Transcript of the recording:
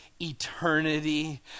eternity